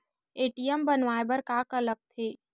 ATM बनवाय बर का का लगथे?